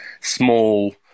small